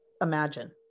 imagine